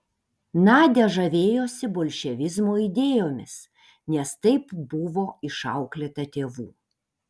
nadia žavėjosi bolševizmo idėjomis nes taip buvo išauklėta tėvų